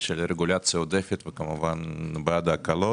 של רגולציה עודפת, אני בעד הקלות,